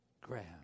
Graham